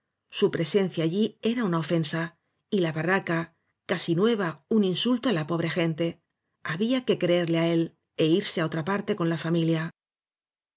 su presen cia allí era una ofensa y la barraca casi nueva un insulto á la pobre gente había que creerle á él é irse á otra parte con la familia